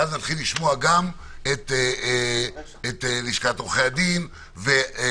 ואז נשמע את לשכת עורכי הדין ואחרים.